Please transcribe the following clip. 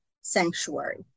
sanctuary